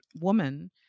woman